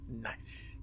nice